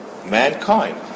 Mankind